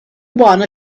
one